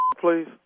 Please